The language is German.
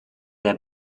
der